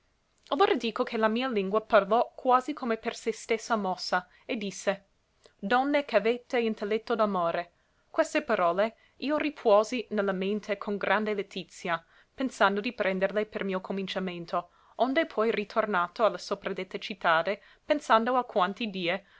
allora dico che la mia lingua parlò quasi come per se stessa mossa e disse donne ch'avete intelletto d'amore queste parole io ripuosi ne la mente con grande letizia pensando di prenderle per mio cominciamento onde poi ritornato a la sopradetta cittade pensando alquanti die